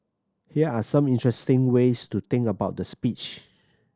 here are some interesting ways to think about the speech